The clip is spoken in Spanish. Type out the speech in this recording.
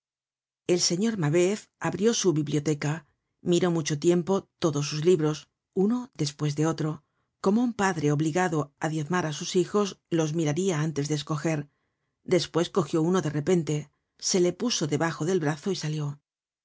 el señor mabcuf abrió su biblioteca miró mucho tiempo todos sus libros uno despues de otro como un padre obligado á diezmar á sus hijos los miraria antes de escoger despues cogió uno de repente se le puso debajo del brazo y salió